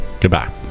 Goodbye